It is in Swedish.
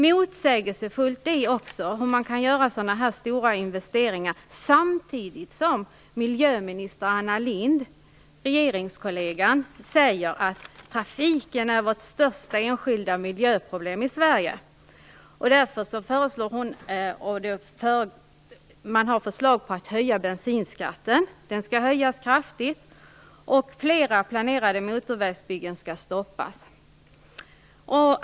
Motsägelsefullt är också att man gör så här stora investeringar samtidigt som miljöminister Anna Lindh, regeringskollegan, säger att trafiken är vårt största enskilda miljöproblem. Därför har man föreslagit att höja bensinskatten kraftigt. Flera planerade motorvägsbyggen skall stoppas.